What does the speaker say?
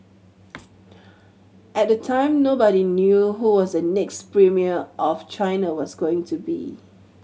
at the time nobody knew who was the next premier of China was going to be